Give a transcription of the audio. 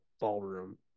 ballroom